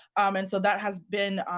um and so that has been,